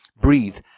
breathe